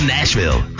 Nashville